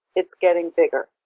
it's getting bigger.